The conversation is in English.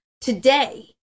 today